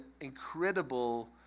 incredible